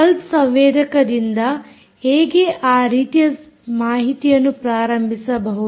pulse ಸಂವೇದಕದಿಂದ ಹೇಗೆ ಆ ರೀತಿಯ ಮಾಹಿತಿಯನ್ನು ಪ್ರಾರಂಭಿಸಬಹುದು